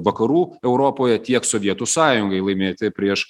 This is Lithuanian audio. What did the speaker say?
vakarų europoje tiek sovietų sąjungai laimėti prieš